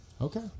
Okay